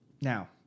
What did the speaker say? Now